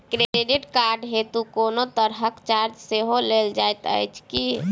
Credit card हेतु कोनो तरहक चार्ज सेहो लेल जाइत अछि की?